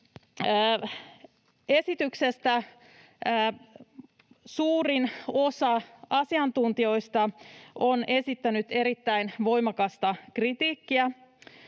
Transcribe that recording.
esityksestä suurin osa asiantuntijoista on esittänyt erittäin voimakasta kritiikkiä,